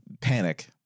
panic